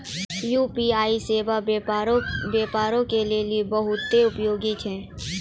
UPI सेबा व्यापारो के लेली बहुते उपयोगी छै